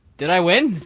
did i win?